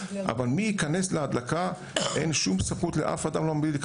אבל מי ייכנס להדלקה אין שום סמכות לאף אדם לומר,